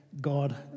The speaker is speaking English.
God